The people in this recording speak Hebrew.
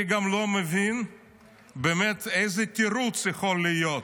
אני גם לא מבין באמת איזה תירוץ יכול להיות.